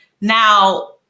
Now